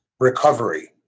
recovery